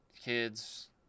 kids